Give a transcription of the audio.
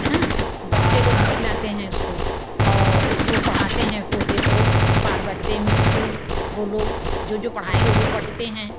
हाँ बच्चे लोग खिलाते हैं उसको औ उसको पढ़ाते हैं तोते को पारवते मिठू बोलो जो जो पढ़ाएंगे वो पढ़ते हैं